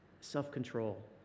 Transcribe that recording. self-control